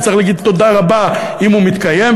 הוא צריך להגיד תודה רבה אם הוא מתקיים,